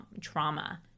trauma